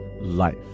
life